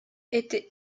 était